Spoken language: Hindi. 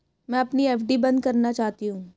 मैं अपनी एफ.डी बंद करना चाहती हूँ